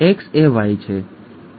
તો તે અહીં XaY છે